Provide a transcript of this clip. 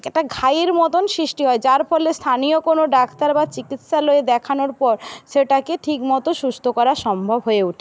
একটা ঘায়ের মতন সৃষ্টি হয় যার ফলে স্থানীয় কোনো ডাক্তার বা চিকিৎসালয়ে দেখানোর পর সেটাকে ঠিকমতো সুস্থ করা সম্ভব হয়ে ওঠে